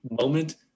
moment